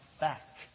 back